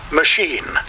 machine